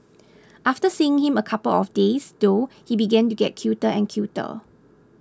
after seeing him a couple of days though he began to get cuter and cuter